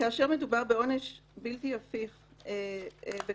"כאשר מדובר בעונש בלתי הפיך וקיצוני,